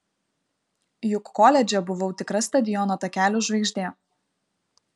juk koledže buvau tikra stadiono takelių žvaigždė